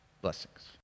Blessings